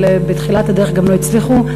ובתחילת הדרך לא הצליחו,